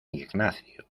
ignacio